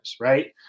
right